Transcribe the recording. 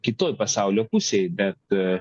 kitoj pasaulio pusėje bet